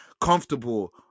comfortable